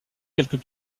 quelques